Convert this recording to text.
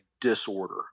disorder